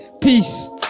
Peace